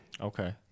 Okay